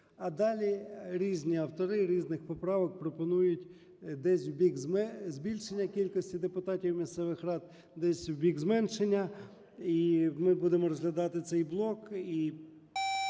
А далі різні автори різних поправок пропонують десь в бік збільшення кількості депутатів місцевих рад, десь в бік зменшення. І ми будемо розглядати цей блок.